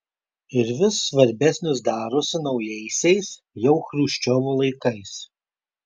ir vis svarbesnis darosi naujaisiais jau chruščiovo laikais